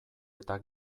eta